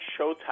Showtime